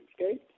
okay